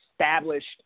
established